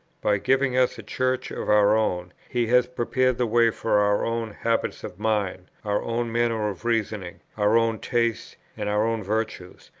by giving us a church of our own, he has prepared the way for our own habits of mind, our own manner of reasoning, our own tastes, and our own virtues,